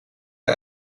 the